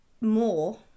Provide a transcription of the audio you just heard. more